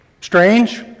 strange